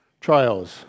trials